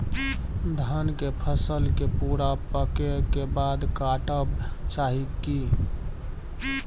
धान के फसल के पूरा पकै के बाद काटब चाही की?